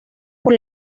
por